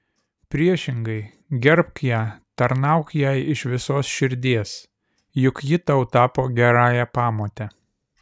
priešingai gerbk ją tarnauk jai iš visos širdies juk ji tau tapo gerąja pamote